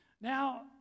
Now